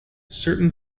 certain